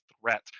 threat